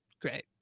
Great